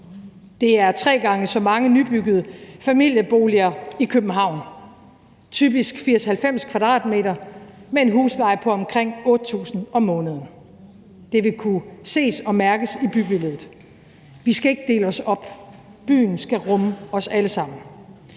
Det er tre gange så mange nybyggede familieboliger i København – typisk på 80-90 m² med en husleje på omkring 8.000 kr. om måneden. Det vil kunne ses og mærkes i bybilledet. Vi skal ikke dele os op. Byen skal rumme os alle sammen.